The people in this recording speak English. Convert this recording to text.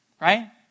right